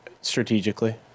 strategically